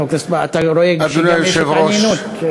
אתה רואה שיש התעניינות.